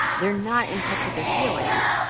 they're not in touch with their feelings.